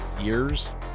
years